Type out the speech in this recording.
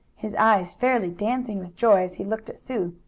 his eyes fairly dancing with joy as he looked at sue.